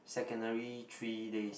secondary three days